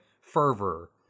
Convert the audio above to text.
fervor